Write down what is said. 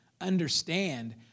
Understand